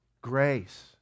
Grace